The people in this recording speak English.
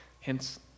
Hence